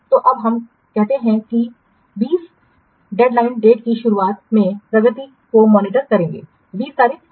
तो अब हम कहते हैं कि हम 20 डेडलाइन डेट की शुरुआत में प्रगति को मॉनिटर करेंगे 20 तारीख या 20 तारीख